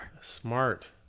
Smart